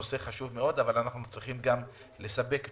זה נושא חשוב מאוד ואנחנו צריכים גם לספק תשובות.